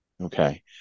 Okay